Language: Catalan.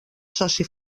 soci